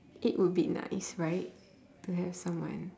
it would be nice right to have someone